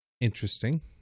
interesting